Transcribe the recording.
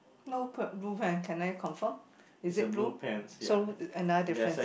no pert rule can I confirm is it rule so another difference